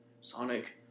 Sonic